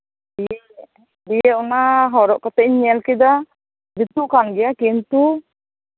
ᱫᱤᱭᱮ ᱚᱱᱟ ᱦᱚᱨᱚᱜ ᱠᱟᱛᱮᱫ ᱤᱧ ᱧᱮᱞ ᱠᱮᱫᱟ ᱡᱩᱛᱩᱜ ᱠᱟᱱ ᱜᱮᱭᱟ ᱠᱤᱱᱛᱩ